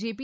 JP